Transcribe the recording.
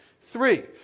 three